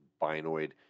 Binoid